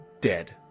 Dead